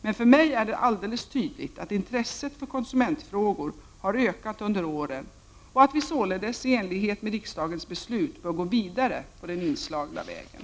Men för mig är det alldeles tydligt att intresset för konsumentfrågor har ökat under åren och att vi således — i enlighet med riksdagens beslut — bör gå vidare på den inslagna vägen.